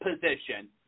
position